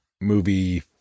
movie